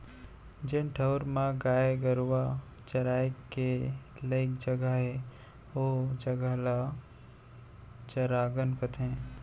जेन ठउर म गाय गरूवा चराय के लइक जघा हे ओ जघा ल चरागन कथें